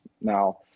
Now